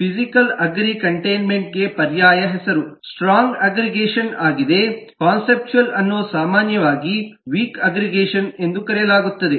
physical ಅಗ್ರೀ containment ಗೆ ಪರ್ಯಾಯ ಹೆಸರು ಸ್ಟ್ರಾಂಗ್ ಅಗ್ಗ್ರಿಗೇಷನ್ ಆಗಿದೆ ಮತ್ತು ಕಾನ್ಸೆಪ್ಚುಯಲ್ ಅನ್ನು ಸಾಮಾನ್ಯವಾಗಿ ವೀಕ್ ಅಗ್ಗ್ರಿಗೇಷನ್ ಎಂದು ಕರೆಯಲಾಗುತ್ತದೆ